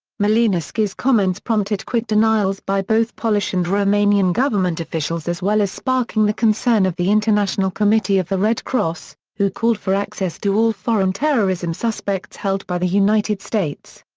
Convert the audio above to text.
malinowski's comments prompted quick denials by both polish and romanian government officials as well as sparking the concern of the international committee of the red cross, who called for access to all foreign terrorism suspects held by the united states.